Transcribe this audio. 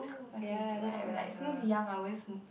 my favourite my I like since young I always